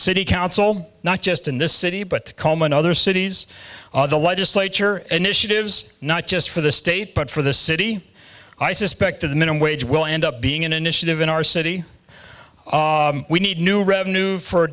city council not just in this city but coleman other cities the legislature initiatives not just for the state but for the city i suspect of the minimum wage will end up being an initiative in our city we need new revenue for